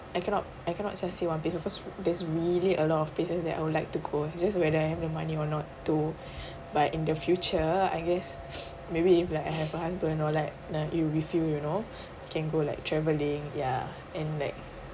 I cannot I cannot just say one place because there's really a lot of places that I would like to go it's just whether I have the money or not to but in the future I guess maybe if like I have a husband or like uh if with you you know can go like travelling yeah and like